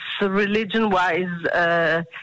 religion-wise